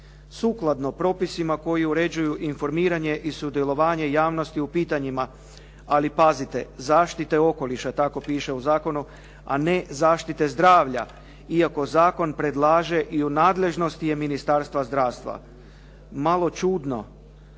sukladno propisima koji uređuju informiranje i sudjelovanje u pitanjima, ali pazite zaštite okoliša. Tako piše u zakonu, a ne zaštite zdravlja iako zakon predlaže i u nadležnosti je Ministarstva zdravstva. Malo čudno.